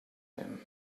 him